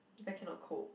if I cannot cope